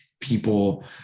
people